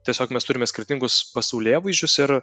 tiesiog mes turime skirtingus pasaulėvaizdžius ir